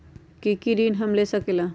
की की ऋण हम ले सकेला?